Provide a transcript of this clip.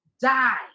die